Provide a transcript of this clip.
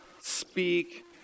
speak